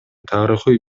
тарыхый